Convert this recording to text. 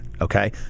okay